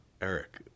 Eric